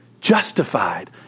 justified